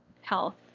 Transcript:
health